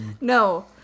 No